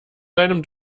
seinem